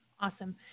awesome